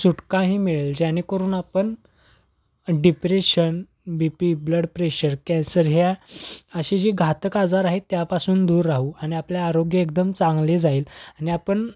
सुटकाही मिळेल ज्याणेकरून आपण depression B P blood pressure cancer ह्या अशी जी घातक आजार आहेत त्यापासून दूर राहू आणि आपले आरोग्य एकदम चांगले जाईल आणि आपण